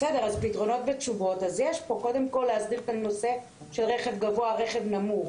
אז צריך פה קודם כל להסדיר את הנושא של רכב גבוה ורכב נמוך.